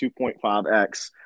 2.5X